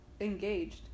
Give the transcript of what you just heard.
engaged